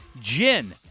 gin